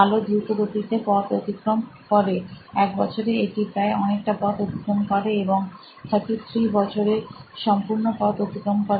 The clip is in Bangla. আলো দ্রুতগতিতে পথ অতিক্রম করে এক বছরে এটি প্রায় অনেকটা পথ অতিক্রম করে এবং 33 বছরে সম্পূর্ণ পথ অতিক্রম করে